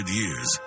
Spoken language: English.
years